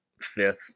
fifth